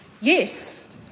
Yes